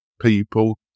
people